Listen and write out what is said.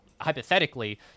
Hypothetically